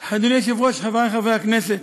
אדוני היושב-ראש, חברי חברי הכנסת,